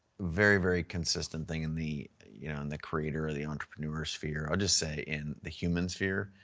very, very consistent thing in the you know in the creator or the entrepreneur sphere, i'll just say in the human sphere,